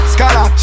Scala